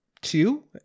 two